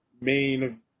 main